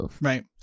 Right